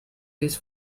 this